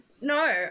No